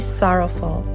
sorrowful